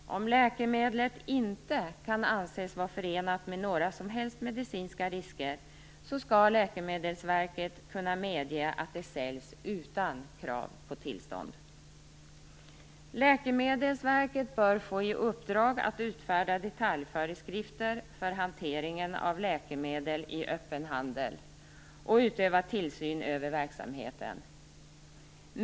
Om läkemedlet inte kan anses vara förenat med några som helst medicinska risker, skall Läkemedelsverket kunna medge att det säljs utan krav på tillstånd. Läkemedelsverket bör få i uppdrag att utfärda detaljföreskrifter för hanteringen av läkemedel i öppen handel och att utöva tillsyn över verksamheten.